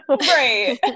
Right